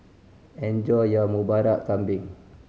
enjoy your Murtabak Kambing